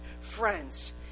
friends